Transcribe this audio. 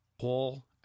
Paul